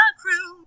crew